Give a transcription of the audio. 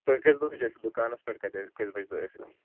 تُہۍ کٔژِ بَجہِ ٲسِو دُکانَس پٮ۪ٹھ کَتہِ حظ کٔژ بَجہِ تُہۍ ٲسِو